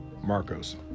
Marcos